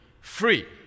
free